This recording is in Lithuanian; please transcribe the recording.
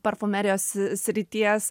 parfumerijos srities